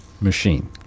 machine